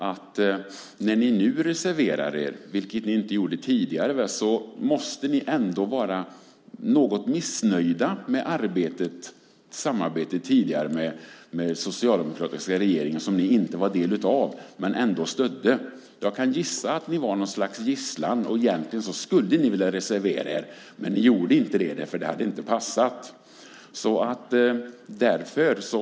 Eftersom ni nu reserverar er, vilket ni inte gjorde tidigare, måste ni ändå vara något missnöjda med samarbetet med den tidigare socialdemokratiska regeringen, som ni inte var en del av men ändå stödde. Jag kan gissa att ni var något slags gisslan. Egentligen skulle ni vilja reservera er, men ni gjorde inte det därför att det inte hade passat.